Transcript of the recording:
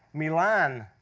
milan,